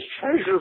treasure